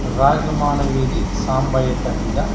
రాగిమాను వీధి సాంబయ్య ఖండిగా